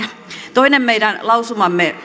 toinen meidän lausumamme